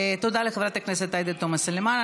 תודה לחברת הכנסת עאידה תומא סלימאן.